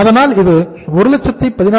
அதனால் இது 116250